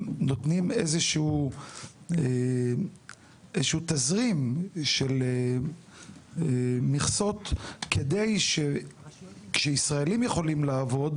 הם נותנים איזשהו תזרים של מכסות כדי שכשישראלים יכולים לעבוד,